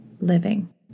living